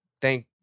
thank